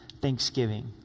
thanksgiving